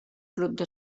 club